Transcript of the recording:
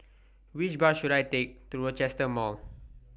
Which Bus should I Take to Rochester Mall